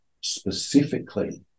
specifically